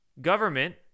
Government